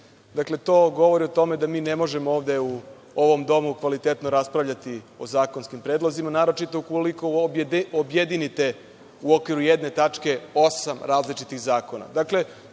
Dakle, to govori o tome da mi ne možemo ovde u ovom domu kvalitetno raspravljati o zakonskim predlozima, naročito ukoliko objedinite u okviru jedne tačke osam različitih zakona. Dakle,